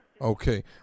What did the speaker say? Okay